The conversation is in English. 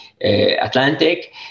Atlantic